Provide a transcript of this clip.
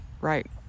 right